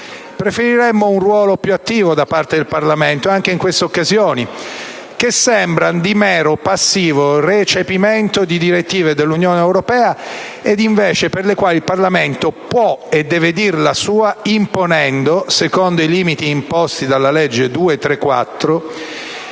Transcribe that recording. Preferiremmo un ruolo più attivo del Parlamento anche in queste occasioni, che sembrano di mero, passivo recepimento di direttive dell'Unione europea per le quali invece il Parlamento può e deve dire la sua imponendo, secondo i limiti previsti dalla legge n.